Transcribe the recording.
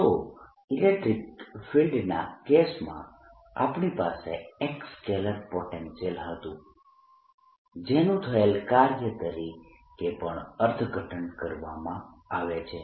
તો ઇલેક્ટ્રીક ફિલ્ડના કેસમાં આપણી પાસે એક સ્કેલર પોટેન્શિયલ V હતું જેનું થયેલ કાર્ય તરીકે પણ અર્થઘટન કરવામાં આવે છે